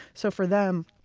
so for them,